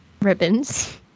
ribbons